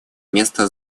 место